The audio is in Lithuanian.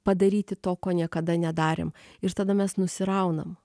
padaryti to ko niekada nedarėm ir tada mes nusiraunam